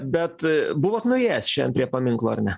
bet buvot nuėjęs šiandien prie paminklo ar ne